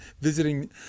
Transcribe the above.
visiting